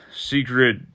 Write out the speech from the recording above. secret